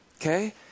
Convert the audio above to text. Okay